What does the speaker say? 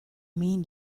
mean